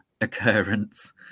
occurrence